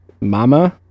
Mama